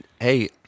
Hey